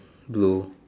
blue